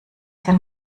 den